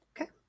Okay